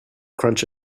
crunch